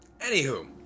Anywho